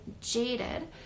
jaded